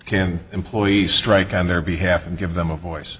can employees strike on their behalf and give them a voice